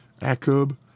Akub